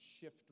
shift